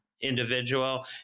individual